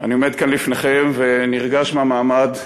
אני עומד כאן לפניכם נרגש מהמעמד,